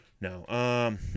No